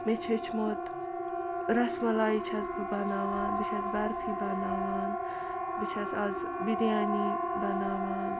مےٚ چھِ ہیٚچھمُت رَسمَلایی چھَس بہٕ بَناوان بہٕ چھَس برفی بَناوان بہٕ چھَس آز بِریانی بَناوان